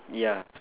ya